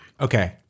Okay